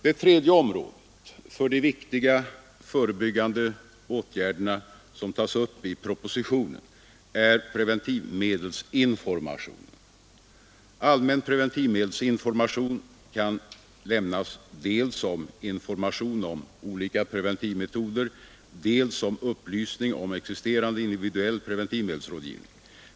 Det tredje området för de viktiga förebyggande åtgärder som tas upp i propositionen är preventivmedelsinformationen. Allmän preventivmedelsinformation kan lämnas dels som information om olika preventivmetoder, dels som upplysning om existerande individuell preventivmedelsrådgivning.